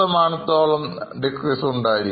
11 decrease ഉണ്ടായി